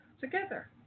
together